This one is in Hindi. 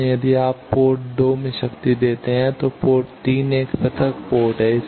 इसलिए यदि आप पोर्ट 2 में शक्ति देते हैं तो पोर्ट 3 एक पृथक पोर्ट है